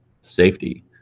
safety